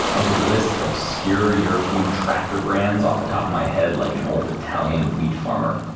i could list obscure european tractor brands off the top of my head like an old italian wheat farmer.